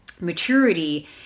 maturity